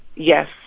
yes.